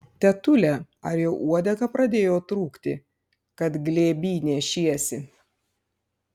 tetule ar jau uodega pradėjo trūkti kad glėby nešiesi